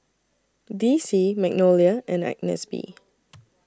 D C Magnolia and Agnes B